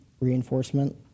reinforcement